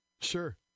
sure